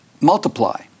multiply